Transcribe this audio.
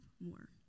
more